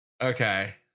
Okay